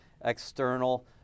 external